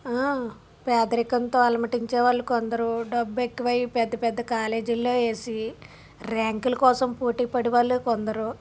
పేదరికంతో ఆల్మట్టించే వాళ్ళు కొందరు డబ్బు ఎక్కువై పెద్ద పెద్ద కాలేజీల్లో వేసి ర్యాంకుల కోసం పోటీపడే వాళ్ళే కొందరు